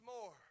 more